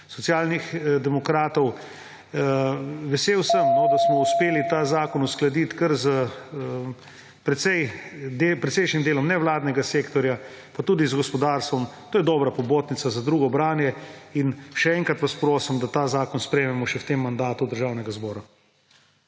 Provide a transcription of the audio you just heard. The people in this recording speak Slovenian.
Socialnih demokratov. Vesel sem, da smo uspeli ta zakon uskladiti s kar precejšnjim delom nevladnega sektorja pa tudi z gospodarstvom. To je dobra popotnica za drugo branje. Še enkrat vas prosim, da ta zakon sprejmemo še v tem mandatu Državnega zbora.